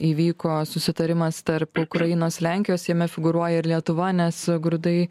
įvyko susitarimas tarp ukrainos lenkijos jame figūruoja ir lietuva nes grūdai